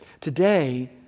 Today